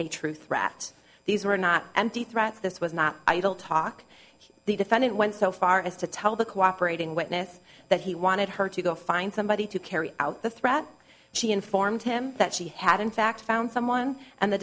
a true threat these were not empty threats this was not idle talk the defendant went so far as to tell the cooperating witness that he wanted her to go find somebody to carry out the threat she informed him that she had in fact found someone and the